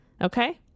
Okay